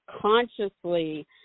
consciously